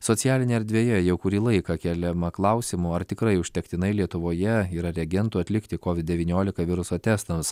socialinėj erdvėje jau kurį laiką keliama klausimų ar tikrai užtektinai lietuvoje yra reagentų atlikti covid devyniolika viruso testams